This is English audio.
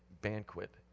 banquet